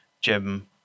Jim